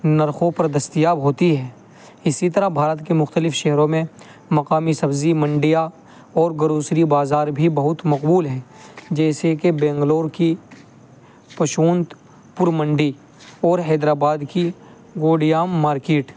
نرخوں پر دستیاب ہوتی ہیں اسی طرح بھارت کے مختلف شہروں میں مقامی سبزی منڈیاں اور گروسری بازار بھی بہت مقبول ہیں جیسے کہ بنگلور کی یشونت پور منڈی اور حیدرآباد کی گوڈیام مارکیٹ